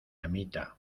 amita